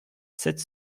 sept